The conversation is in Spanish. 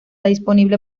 disponible